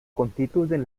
constituyen